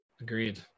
Agreed